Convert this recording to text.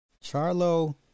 Charlo